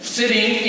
sitting